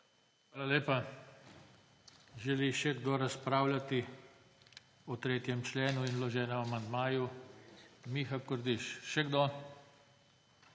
Hvala lepa. Želi še kdo razpravljati o 3. členu in vloženem amandmaju? Miha Kordiš. Še kdo?